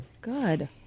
Good